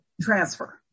transfer